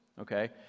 okay